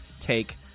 take